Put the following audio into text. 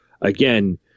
Again